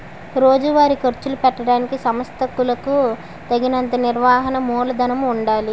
రోజువారీ ఖర్చులు పెట్టడానికి సంస్థలకులకు తగినంత నిర్వహణ మూలధనము ఉండాలి